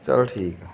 ਚਲ ਠੀਕ